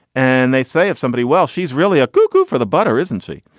and they say if somebody well, she's really a cuckoo for the butter, isn't she?